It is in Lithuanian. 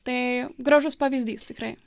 tai gražus pavyzdys tikrai